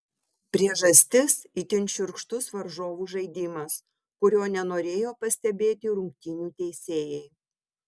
priežastis itin šiurkštus varžovų žaidimas kurio nenorėjo pastebėti rungtynių teisėjai